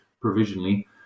provisionally